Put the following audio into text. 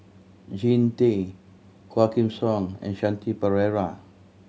Jean Tay Quah Kim Song and Shanti Pereira